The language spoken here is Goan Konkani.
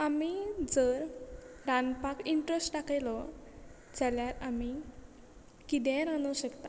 आमी जर रांदपाक इंट्रस्ट दाखयलो जाल्यार आमी किदेंय रांदूंक शकता